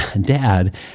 Dad